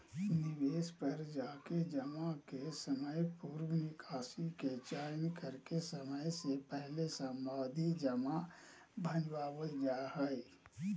निवेश पर जाके जमा के समयपूर्व निकासी के चयन करके समय से पहले सावधि जमा भंजावल जा हय